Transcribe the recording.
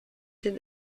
den